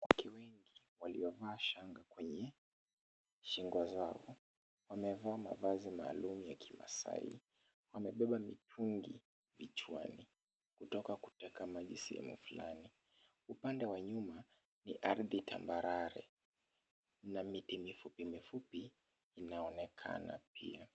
Wake wengi waliovaa shanga kwenye shingo zao, wamevaa mavazi maalum ya kimaasai. Wamebeba mitungi vichwani kutoka kuteka maji sehemu fulani. Upande wa nyuma ni ardhi tambarare na miti mifupi mifupi inaonekana.